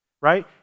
right